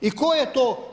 I tko je to?